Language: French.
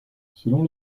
selon